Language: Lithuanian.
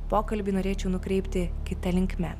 pokalbį norėčiau nukreipti kita linkme